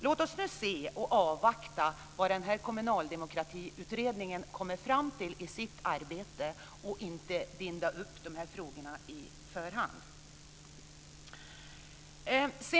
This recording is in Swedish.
Låt oss nu avvakta och se vad den här kommunaldemokratiutredningen kommer fram till i sitt arbete, så att vi inte binder upp de här frågorna i förhand.